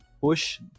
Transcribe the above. push